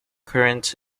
current